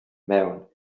mewn